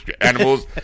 animals